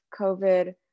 COVID